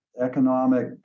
economic